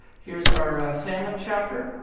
here's our salmon chapter.